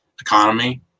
economy